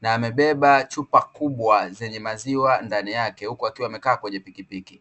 na amebeba chupa kubwa zenye maziwa ndani yake uku akiwa amekaa kwenye pikipiki.